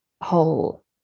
whole